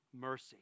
mercy